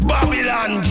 Babylon